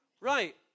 Right